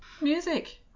Music